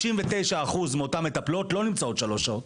99% מאותן מטפלות לא נמצאות שלוש שעות.